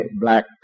black